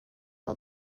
all